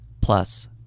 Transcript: plus